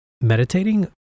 meditating